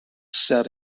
set